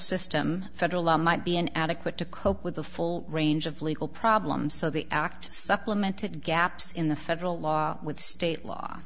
system federal law might be an adequate to cope with the full range of legal problems so the act supplemented gaps in the federal law with state law